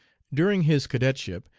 during his cadetship,